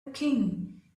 king